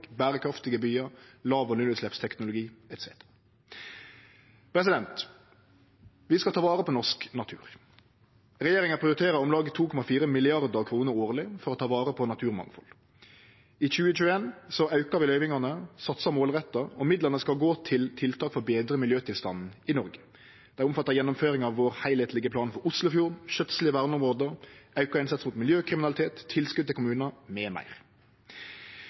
berekraftige byar, låg- og nullutsleppsteknologi etc. Vi skal ta vare på norsk natur. Regjeringa prioriterer om lag 2,4 mrd. kr årleg for å ta vare på naturmangfaldet. I 2021 aukar vi løyvingane, satsar målretta, og midlane skal gå til tiltak for å betre miljøtilstanden i Noreg. Det omfattar gjennomføring av vår heilskaplege plan for Oslofjorden, skjøtsel i verneområde, auka innsats mot miljøkriminalitet, tilskot til kommunar